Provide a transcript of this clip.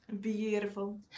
Beautiful